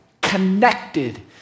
connected